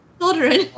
children